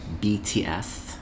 BTS